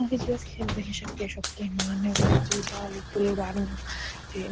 आखदे ओह्दे च बी अस खेलदे हे शक्के शुक्के मारने ओह्दे बिच्च बी बॉल उप्परे जानी ते